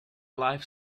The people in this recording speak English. live